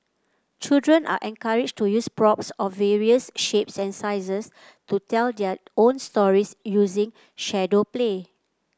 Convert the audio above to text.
children are encouraged to use props of various shapes and sizes to tell their own stories using shadow play